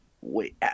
Wait